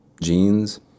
jeans